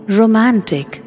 romantic